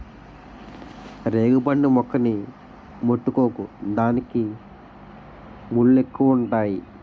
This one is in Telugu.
రేగుపండు మొక్కని ముట్టుకోకు దానికి ముల్లెక్కువుంతాయి